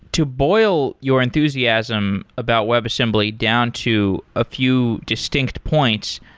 to boil your enthusiasm about webassembly down to a few distinct points,